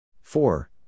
Four